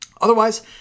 Otherwise